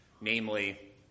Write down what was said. namely